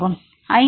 மாணவர் 5